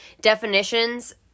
definitions